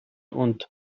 und